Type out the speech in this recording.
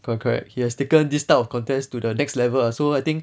correct correct he has taken this type of contest to the next level so I think